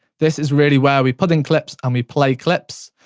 this is really where we put in clips and we play clips,